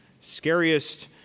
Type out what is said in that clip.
Scariest